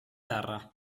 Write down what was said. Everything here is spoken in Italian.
terra